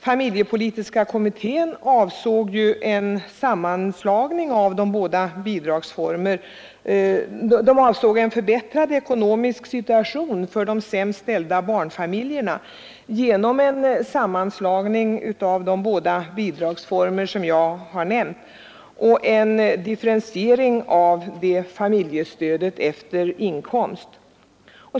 Familjepolitiska kommittén syftade till en förbättrad ekonomisk situation för de sämst ställda barnfamiljerna genom en sammanslagning av de båda bidragsformer som jag här nämnt och en differentiering av detta familjestöd efter inkomst.